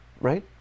Right